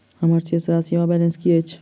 हम्मर शेष राशि वा बैलेंस की अछि?